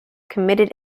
committed